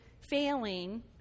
failing